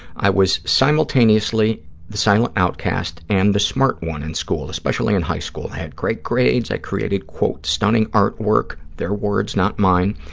i was simultaneously the silent outcast and the smart one in school, especially in high school. i had great grades. i created, quote, stunning artwork, their words, not mine,